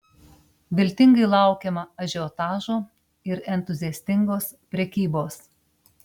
viltingai laukiama ažiotažo ir entuziastingos prekybos